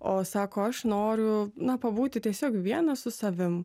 o sako aš noriu na pabūti tiesiog viena su savim